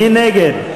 מי נגד?